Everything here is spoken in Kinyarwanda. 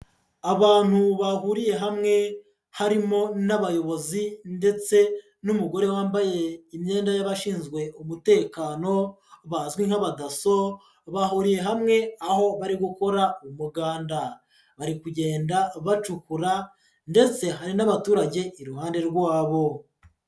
Abantu bahuriye hamwe harimo n'abayobozi ndetse n'umugore wambaye imyenda y'abashinzwe umutekano bazwi nk'abadaso, bahuriye hamwe aho bari gukora umuganda, bari kugenda bacukura ndetse hari n'abaturage iruhande rwabo.